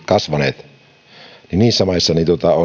kasvaneet